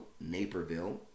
Naperville